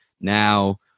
Now